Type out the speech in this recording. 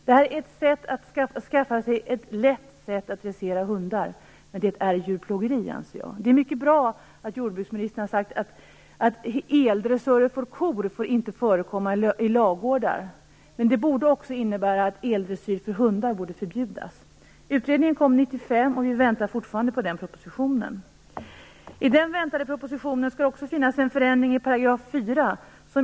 Det här är ett lätt sätt att dressera hundar, men det är djurplågeri. Det är mycket bra att jordbruksministern har sagt att eldressörer för kor inte får förekomma i ladugårdar. Men det borde också innebära att eldressyr av hundar förbjuds. Utredningen kom 1995, och vi väntar fortfarande på den propositionen. I den väntade propositionen skall det också finnas en förändring i § 4.